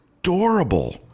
adorable